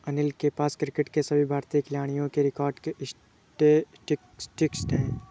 अनिल के पास क्रिकेट के सभी भारतीय खिलाडियों के रिकॉर्ड के स्टेटिस्टिक्स है